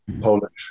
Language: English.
Polish